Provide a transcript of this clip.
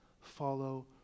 follow